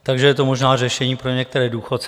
Takže je to možná řešení pro některé důchodce.